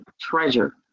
treasure